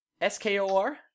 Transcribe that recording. S-K-O-R